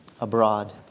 abroad